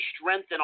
strengthen